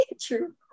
True